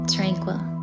Tranquil